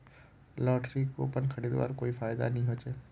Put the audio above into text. lottery coupon खरीदवार कोई फायदा नी ह छ